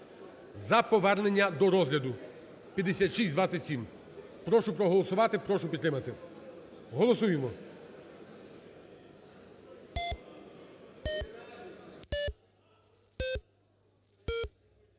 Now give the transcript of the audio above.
за повернення до розгляду 5627. Прошу проголосувати, прошу підтримати. Голосуємо.